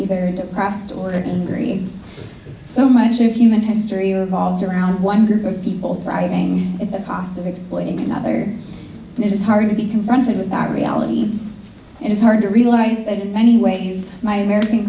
either depressed or in green so much of human history revolves around one group of people driving at the cost of exploiting another and it is hard to be confronted with that reality and it's hard to realize that in many ways my american